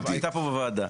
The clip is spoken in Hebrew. זה היה פה בוועדה.